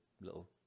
little